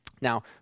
Now